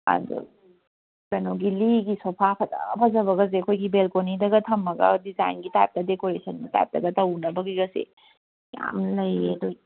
ꯑꯗꯣ ꯀꯩꯅꯣꯒꯤ ꯂꯤꯒꯤ ꯁꯣꯐꯥ ꯐꯖ ꯐꯖꯕꯒꯁꯦ ꯑꯩꯈꯣꯏꯒꯤ ꯕꯦꯜꯀꯣꯅꯤꯗꯒ ꯊꯝꯃꯒ ꯗꯤꯖꯥꯏꯟꯒꯤ ꯇꯥꯏꯞꯇ ꯗꯦꯀꯣꯔꯦꯁꯟ ꯇꯥꯏꯞꯇꯒ ꯇꯧꯅꯕꯒꯤꯒꯁꯦ ꯌꯥꯝ ꯂꯩꯔꯦ ꯑꯗꯨ